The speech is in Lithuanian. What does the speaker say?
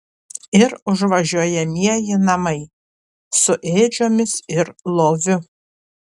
ir užvažiuojamieji namai su ėdžiomis ir loviu